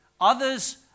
Others